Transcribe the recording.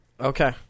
Okay